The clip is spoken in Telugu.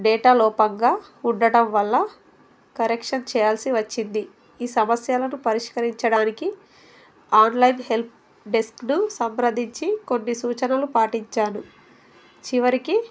డేటా లోపంగా ఉండడం వల్ల కరెక్షన్ చేయాల్సి వచ్చింది ఈ సమస్యను పరిష్కరించడానికి ఆన్లైన్ హెల్ప్ డెస్క్ను సంబంధించి కొన్ని సూచనలు పాటించాను చివరికి